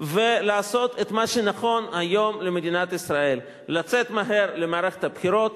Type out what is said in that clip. ולעשות את מה שנכון היום למדינת ישראל: לצאת מהר למערכת הבחירות.